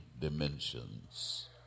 dimensions